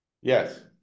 Yes